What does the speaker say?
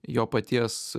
jo paties